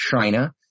China